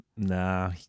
Nah